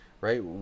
right